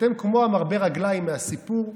אתם כמו מרבה הרגליים מהסיפור,